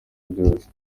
byose